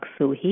Suhi